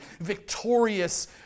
Victorious